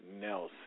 Nelson